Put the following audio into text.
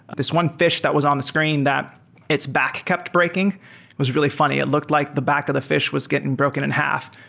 this one fish that was on the screen that it's back kept breaking was really funny. it looked like the back of the fish was getting broken in half.